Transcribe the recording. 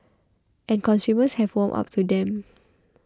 and consumers have warmed up to them